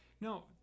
No